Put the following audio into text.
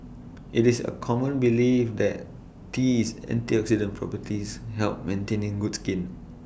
IT is A common belief that tea's antioxidant properties help maintaining good skin